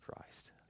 Christ